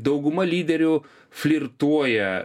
dauguma lyderių flirtuoja